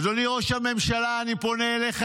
אדוני ראש הממשלה, אני פונה אליך.